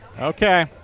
Okay